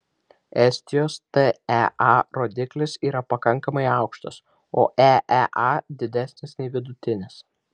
estijos tea rodiklis yra pakankamai aukštas o eea didesnis nei vidutinis